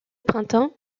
printemps